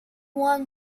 one